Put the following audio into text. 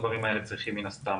זה ישאיר אותנו מבחינת תקן מרחב מחיה,